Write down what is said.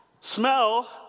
Smell